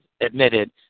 admitted